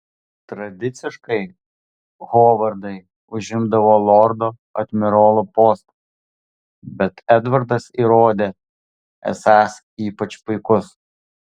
tradiciškai hovardai užimdavo lordo admirolo postą bet edvardas įrodė esąs ypač puikus